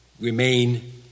remain